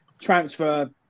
transfer